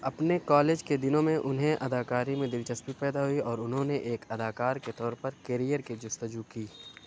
اپنے کالج کے دنوں میں انہیں اداکاری میں دلچسپی پیدا ہوئی اور انہوں نے ایک اداکار کے طور پر کیریئر کی جستجو کی